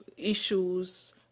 issues